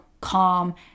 calm